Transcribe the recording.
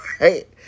right